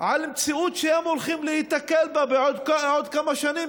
על מציאות שהם הולכים להיתקל בה בעוד כמה שנים,